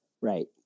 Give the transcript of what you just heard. Right